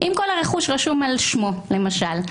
אם כל הרכוש רשום על שמו למשל,